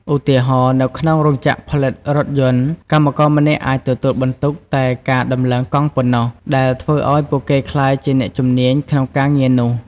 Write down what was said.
ឧទាហរណ៍ នៅក្នុងរោងចក្រផលិតរថយន្ត កម្មករម្នាក់អាចទទួលបន្ទុកតែការដំឡើងកង់ប៉ុណ្ណោះ ដែលធ្វើឱ្យពួកគេក្លាយជាអ្នកជំនាញក្នុងការងារនោះ។